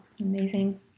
Amazing